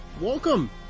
welcome